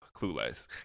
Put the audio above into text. Clueless